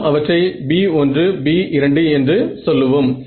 நாம் அவற்றை b1b2 என்று சொல்லுவோம்